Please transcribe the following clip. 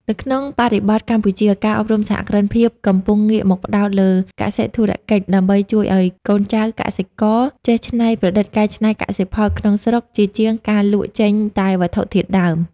នៅក្នុងបរិបទកម្ពុជា ការអប់រំសហគ្រិនភាពកំពុងងាកមកផ្ដោតលើ "កសិ-ធុរកិច្ច" ដើម្បីជួយឱ្យកូនចៅកសិករចេះច្នៃប្រឌិតកែច្នៃកសិផលក្នុងស្រុក ជាជាងការលក់ចេញតែវត្ថុធាតុដើម។